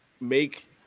make